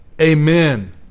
Amen